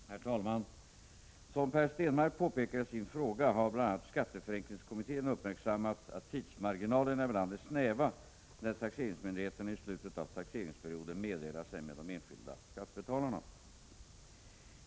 Herr talman! Som Per Stenmarck påpekar i sin fråga har bl.a. skatteförenklingskommittén uppmärksammat att tidsmarginalerna ibland är snäva när taxeringsmyndigheterna i slutet av taxeringsperioden meddelar sig med de enskilda skattebetalarna.